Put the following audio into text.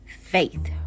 faith